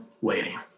waiting